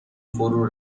فرو